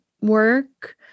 work